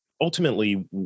ultimately